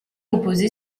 opposée